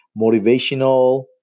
Motivational